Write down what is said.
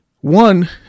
One